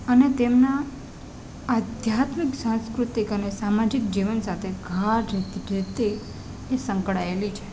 અને તેમનાં આધ્યાત્મિક સાંસ્કૃતિક અને સામાજિક જીવન સાથે ગાઢ રીતે એ સંકળાએલી છે